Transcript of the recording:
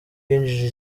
yinjije